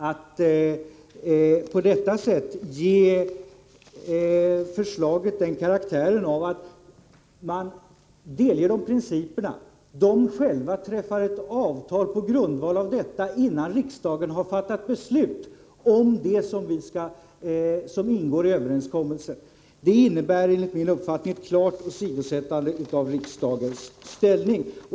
Att på detta sätt i förväg delge parterna principerna och att parterna träffar ett avtal på grundval härav innan riksdagen fattat beslut innebär enligt min uppfattning ett klart åsidosättande av riksdagens ställning.